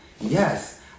Yes